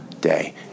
day